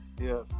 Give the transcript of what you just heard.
Yes